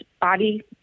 body